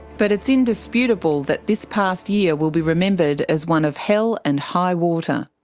but it's indisputable that this past year will be remembered as one of hell and high water.